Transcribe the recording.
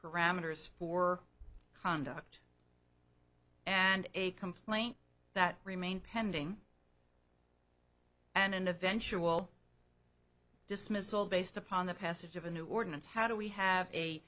parameters for conduct and a complaint that remain pending and an eventual dismissal based upon the passage of a new ordinance how do we have a